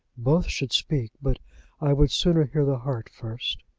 both should speak, but i would sooner hear the heart first.